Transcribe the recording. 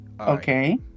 Okay